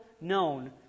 known